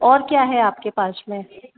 और क्या है आपके पास में